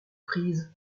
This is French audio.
prise